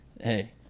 hey